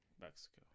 Mexico